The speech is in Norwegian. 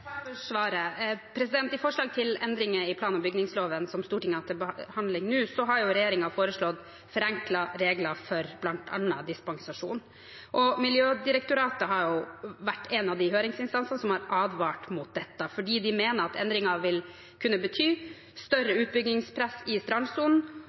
I forslag til endringer i plan- og bygningsloven som Stortinget har til behandling nå, har regjeringen foreslått forenklede regler for bl.a. dispensasjon. Miljødirektoratet har vært en av høringsinstansene som har advart mot dette, fordi de mener at endringer vil kunne bety